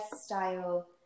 style